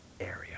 area